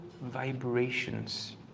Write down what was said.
vibrations